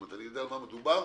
אני יודע במה מדובר.